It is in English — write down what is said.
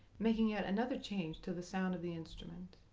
making yet another change to the sound of the instrument.